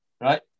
Right